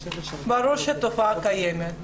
ברור שהתופעה קיימת,